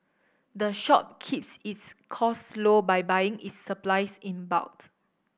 the shop keeps its costs low by buying its supplies in bulk